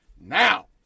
now